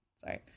Sorry